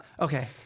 okay